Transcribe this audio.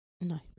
No